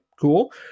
cool